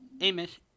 Amos